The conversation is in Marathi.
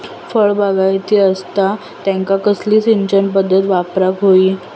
फळबागायती असता त्यांका कसली सिंचन पदधत वापराक होई?